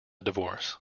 divorce